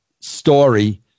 story